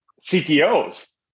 CTOs